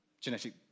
genetic